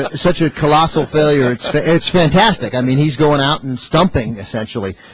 ah such a colossal failure it as fantastic i mean he's going out and stomping essentially